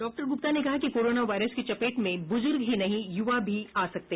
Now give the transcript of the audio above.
doctor Gupta ने कहा कि कोरोना वायरस की चपेट में बुजुर्ग ही नहीं युवा भी आ सकते हैं